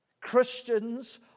Christians